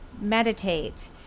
meditate